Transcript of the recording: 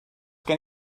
gen